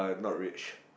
not rich